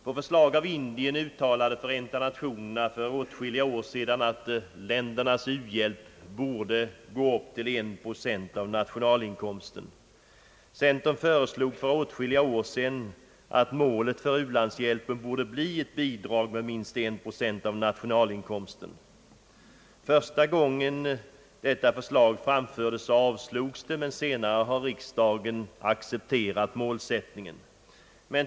På förslag av Indien uttalade Förenta Nationerna att ländernas u-hjälp borde gå upp till 1 procent av nationalinkomsten. Centern föreslog för åtskilliga år sedan också att målet för u-landshjälpen borde bli ett bidrag med minst 1 procent av nationalinkomsten. Första gången avslogs detta, men senare har riksdagen accepterat målsättningen.